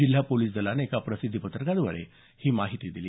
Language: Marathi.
जिल्हा पोलिस दलानं एका प्रसिध्दी पत्रकाद्वारे ही माहिती दिली